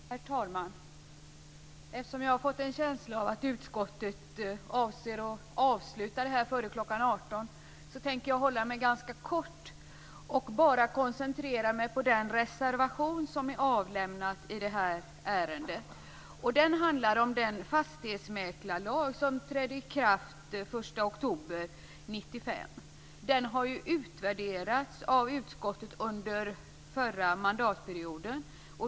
Herr talman! Eftersom jag har fått en känsla av att utskottet avser att avsluta det här före kl. 18 tänker jag hålla mig ganska kort. Jag tänker bara koncentrera mig på den reservation som är avlämnad i det här ärendet. Den handlar om den fastighetsmäklarlag som trädde i kraft den 1 oktober 1995. Den har ju utvärderats av utskottet under förra mandatperioden.